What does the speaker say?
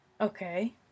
Okay